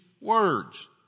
words